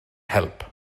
help